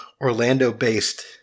Orlando-based